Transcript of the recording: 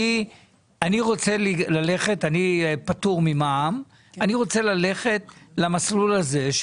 אני עוסק פטור ממע"מ ורוצה ללכת למסלול הזה,